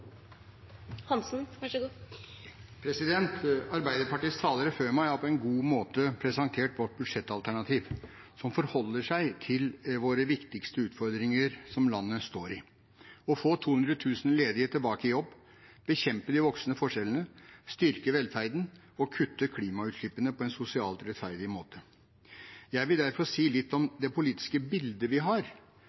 viktigste utfordringene landet står i: å få de 200 000 ledige tilbake i jobb, bekjempe de voksende forskjellene, styrke velferden og kutte klimautslippene på en sosialt rettferdig måte. Jeg vil derfor si litt om det politiske bildet vi har